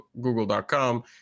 google.com